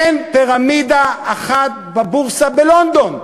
אין פירמידה אחת בבורסה בלונדון.